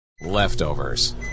Leftovers